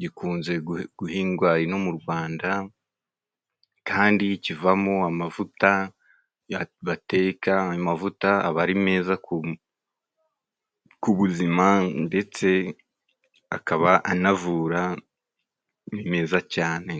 gikunze guhingwa ino mu Rwanda kandi kivamo amavuta bateka, amavuta aba ari meza ku buzima ndetse akaba anavura, meza cyane.